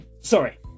Sorry